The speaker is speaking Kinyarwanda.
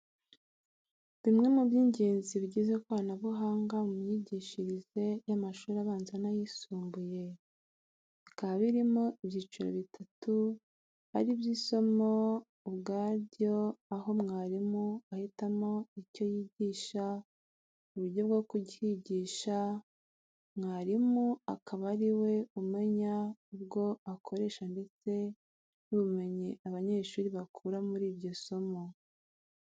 Bimwe mu by'ingenzi bigize ikoranabuhanga mu myigishirize y'amashuri abanza n'ayisumbuye. Bikaba birimo ibyiciro bitatu ari byo isomo ubwaryo aho mwarimu ahitamo icyo yigisha, uburyo bwo kuryigisha aha mwarimu akaba ari we umenya ubwo akoresha ndetse n'ubumenyi abanyeshuri bakura muri iryo somo.